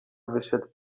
wyszedł